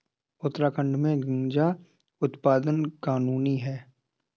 उत्तराखंड में गांजा उत्पादन कानूनी है